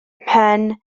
mhen